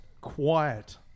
quiet